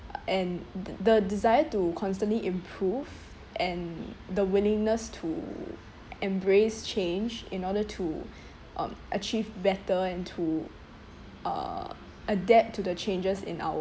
and th~ the desire to constantly improve and the willingness to embrace change in order to um achieve better and to uh adapt to the changes in our